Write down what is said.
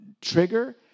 trigger